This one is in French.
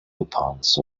dépenses